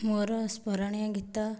ମୋର ସ୍ମରଣୀୟ ଗୀତ